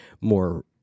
more